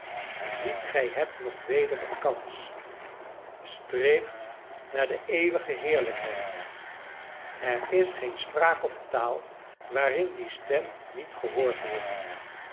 ziet gij hebt nog weder een kans streeft naar de eeuwige heerlijkheid er is geen spraak of taal waarin die stem niet gehoord wordt